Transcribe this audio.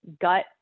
gut